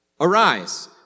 Arise